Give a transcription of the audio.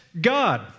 God